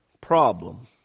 problem